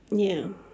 ya